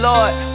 Lord